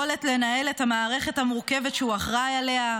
יכולת לנהל את המערכת המורכבת שהוא אחראי עליה,